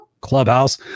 clubhouse